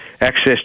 access